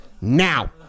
Now